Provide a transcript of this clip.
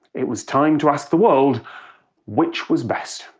it was time to ask the world which was best